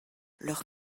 leur